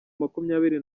makumyabiri